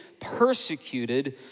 persecuted